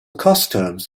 customs